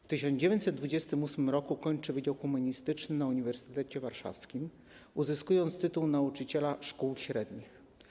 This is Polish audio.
W 1928 r. ukończył Wydział Humanistyczny na Uniwersytecie Warszawskim, uzyskując tytuł nauczyciela szkół średnich.